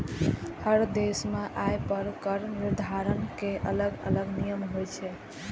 हर देश मे आय पर कर निर्धारण के अलग अलग नियम होइ छै